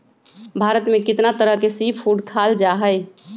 भारत में कितना तरह के सी फूड खाल जा हई